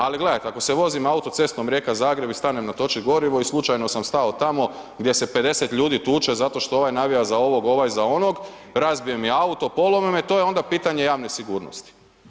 Ali gledajte, ako se vozim autocestom Rijeka-Zagreb i stanem natočit gorivo i slučajno sam stao tamo gdje se 50 ljudi tuče zato što ovaj navija za ovog, ovaj za onog, razbije mi auto, polomi me, to je onda pitanje javne sigurnosti.